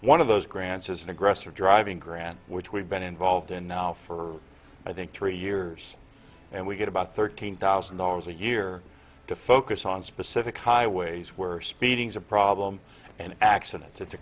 one of those grants is an aggressive driving grant which we've been involved in now for i think three years and we get about thirteen thousand dollars a year to focus on specific highways were speeding is a problem and accidents it's a